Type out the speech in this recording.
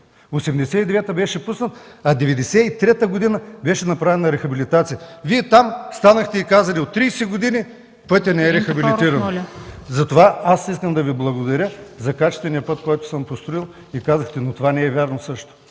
1989 г. беше пуснат, а през 1993 г. беше направена рехабилитация. Вие там станахте и казахте: „От 30 години пътят не е рехабилитиран.” Затова аз искам да Ви благодаря за качествения път, който съм построил. Казахте, но това не е вярно също.